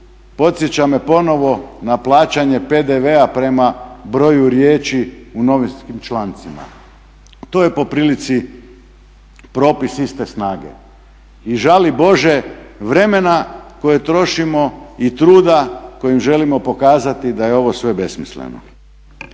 Podsjeća me ponovo na plaćanje PDV-a prema broju riječi u novinskim člancima. To je po prilici propis iste snage. I žali bože vremena koje trošimo i truda kojim želimo pokazati da je ovo sve besmisleno.